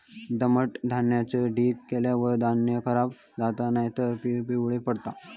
दमट धान्याचो ढीग केल्यार दाणो खराब जाता नायतर पिवळो पडता